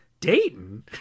Dayton